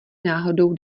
náhodou